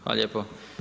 Hvala lijepo.